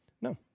No